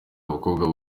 abakobwa